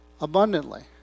abundantly